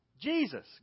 Jesus